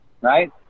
right